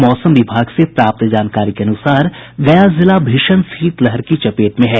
मौसम विभाग से प्राप्त जानकारी के अनुसार गया जिला भीषण शीतलहर की चपेट में है